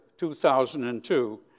2002